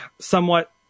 somewhat